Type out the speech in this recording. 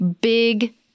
big